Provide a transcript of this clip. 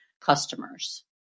customers